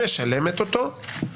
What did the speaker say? משלמת אותו,